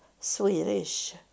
Swedish